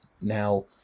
now